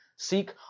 Seek